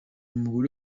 umugore